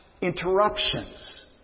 interruptions